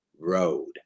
road